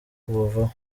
kubuvaho